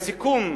לסיכום,